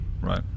right